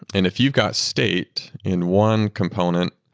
and if you've got state in one component,